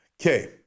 Okay